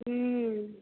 ह्म्म